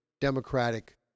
Democratic